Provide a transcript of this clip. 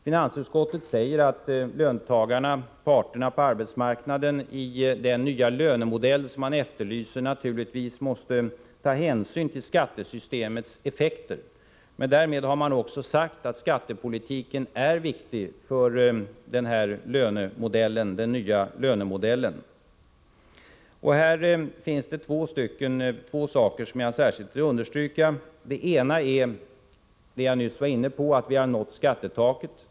Finansutskottet säger att parterna på arbetsmarknaden i den nya lönemodell som man efterlyser måste ta hänsyn till skatteystemets effekter. Men därmed har man också sagt att skattepolitiken är viktig för den nya lönemodellen. Här finns det två saker som jag särskilt vill understryka. Det ena är det jag nyss var inne på, att vi har nått skattetaket.